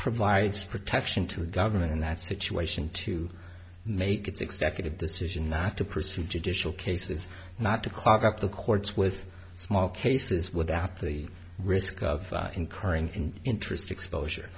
provides protection to the government in that situation to make its executive decision not to pursue judicial cases not to clog up the courts with small cases without the risk of incurring interest exposure